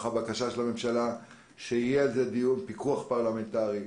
הבקשה של הממשלה שיהיה על זה דיון ופיקוח פרלמנטרי.